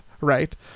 right